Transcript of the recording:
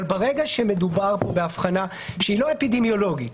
אבל ברגע שמדובר פה בהבחנה שהיא לא אפידמיולוגית,